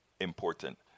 Important